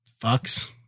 Fucks